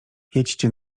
jedźcie